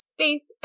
Space